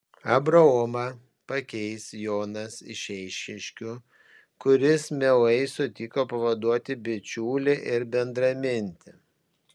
abraomą pakeis jonas iš eišiškių kuris mielai sutiko pavaduoti bičiulį ir bendramintį